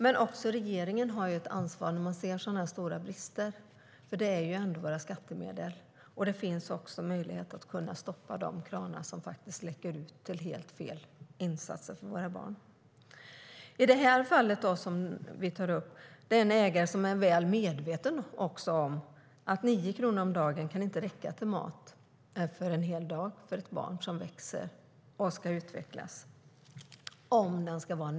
Men regeringen har också ett ansvar när vi ser sådana här stora brister. Det handlar ju om våra skattemedel, och det finns möjlighet att stoppa de kranar som läcker ut till helt fel insatser för våra barn. I detta fall är det en ägare som är väl medveten om att 9 kronor inte räcker till näringsriktig mat för en hel dag åt ett barn som växer och ska utvecklas.